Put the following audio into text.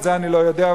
את זה אני לא יודע,